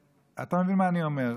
אתה מבין מה אני אומר.